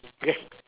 okay